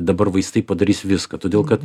dabar vaistai padarys viską todėl kad